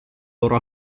loro